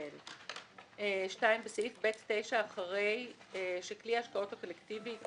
בסעיף ב.9.ג) אחרי "שכלי ההשקעות הקולקטיבי"